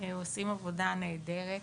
הם עושים עבודה נהדרת.